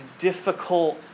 difficult